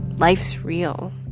life's real.